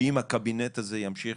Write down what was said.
שאם הקבינט הזה ימשיך,